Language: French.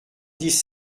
dix